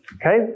Okay